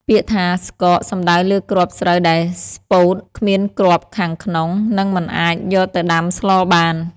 ពាក្យថា «ស្កក» សំដៅលើគ្រាប់ស្រូវដែលស្ពោត គ្មានគ្រាប់ខាងក្នុង និងមិនអាចយកទៅដាំស្លបាន។